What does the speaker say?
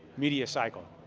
media cycle?